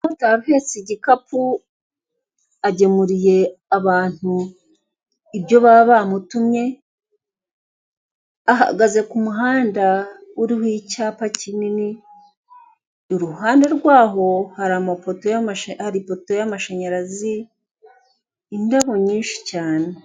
Ahetse igikapu agemuriye abantu ibyo baba bamutumye, ahagaze kumuhanda uriho icyapa kinini, iruhande rwaho hari ipoto y'amashanyarazi, indabo nyinshi cyane.